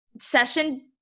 Session